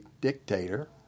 dictator